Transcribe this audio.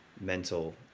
mental